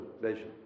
vision